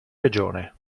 regione